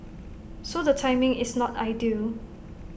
so the timing is not ideal